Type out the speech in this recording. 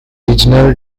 regional